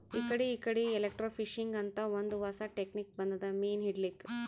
ಇಕಡಿ ಇಕಡಿ ಎಲೆಕ್ರ್ಟೋಫಿಶಿಂಗ್ ಅಂತ್ ಒಂದ್ ಹೊಸಾ ಟೆಕ್ನಿಕ್ ಬಂದದ್ ಮೀನ್ ಹಿಡ್ಲಿಕ್ಕ್